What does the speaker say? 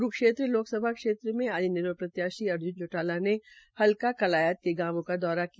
क्रूक्षेत्र लोकसभा क्षेत्र में आज इनैलो प्रत्याशी अर्ज्न चौटाला ने हलका कलायत के गावों का दौरा किया